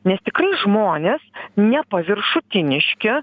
nes tikrai žmonės ne paviršutiniški